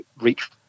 reach